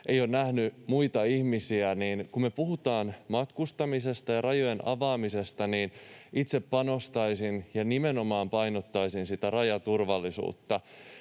eivät ole nähneet muita ihmisiä. Eli kun me puhutaan matkustamisesta ja rajojen avaamisesta, niin itse panostaisin ja nimenomaan painottaisin sitä rajaturvallisuutta